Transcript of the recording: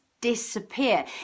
Disappear